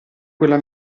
quella